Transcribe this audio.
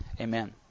Amen